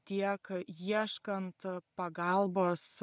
tiek ieškant pagalbos